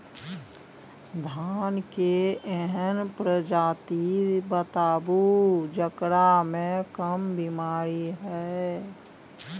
धान के एहन प्रजाति बताबू जेकरा मे कम बीमारी हैय?